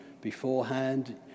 beforehand